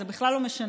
זה בכלל לא משנה.